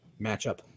matchup